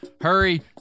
Hurry